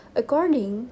according